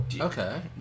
okay